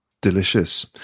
Delicious